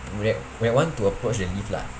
w~ where want to approach the lift lah